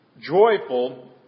joyful